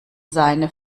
seine